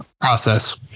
Process